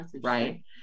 right